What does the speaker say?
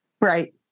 Right